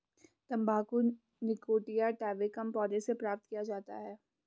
तंबाकू nicotiana tabacum पौधे से प्राप्त किया जाता है